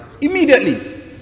Immediately